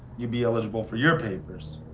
you'd be eligible for your papers.